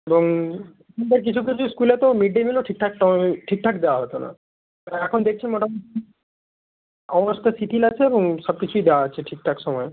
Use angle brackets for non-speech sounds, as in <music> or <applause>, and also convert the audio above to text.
এবং <unintelligible> কিছু কিছু স্কুলে তো মিড ডে মিলও ঠিকঠাক <unintelligible> ঠিকঠাক দেওয়া হতো না এখন দেখছি মোটা <unintelligible> অবস্থা ঠিকই লাগছে এবং সব কিছুই দেওয়া হচ্ছে ঠিকঠাক সময়ে